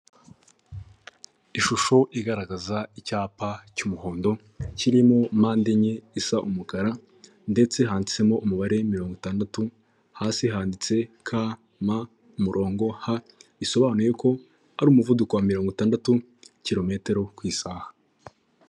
Ishusho igaragaza icyapa cy'umuhondo kirimo mpande enye isa umukara ndetse handitsemo umubare mirongo itandatu, hasi handitse ka ma umurongo ha bisobanuye ko ari umuvuduko wa mirongo itandatu kirometero ku isaha.